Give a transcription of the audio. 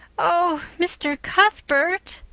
oh, mr. cuthbert!